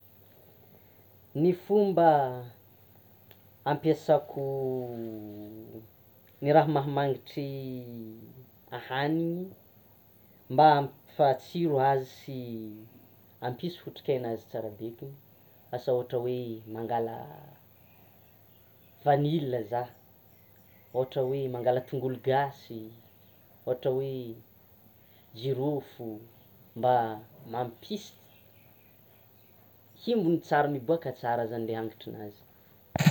Ny fomba ampiasako ny raha mahamanitry ahaniny, mba hampatsiro azy sy hampisy otrikaina azy tsara be, ohatra hoe mangala vanilla za, ohatra hoe: mangala tongolo gasy, ohatra hoe: jirofo mba mampisy himbony tsara, miboaka tsara zany le hanitry nazy.